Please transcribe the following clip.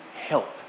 help